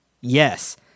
Yes